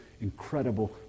incredible